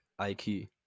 IQ